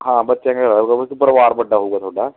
ਹਾਂ ਬੱਚੇ ਪਰਿਵਾਰ ਵੱਡਾ ਹੋਊਗਾ ਤੁਹਾਡਾ